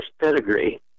pedigree